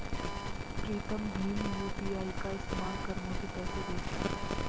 प्रीतम भीम यू.पी.आई का इस्तेमाल कर मुझे पैसे भेजता है